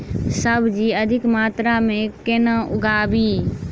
सब्जी अधिक मात्रा मे केना उगाबी?